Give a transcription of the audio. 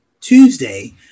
Tuesday